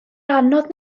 anodd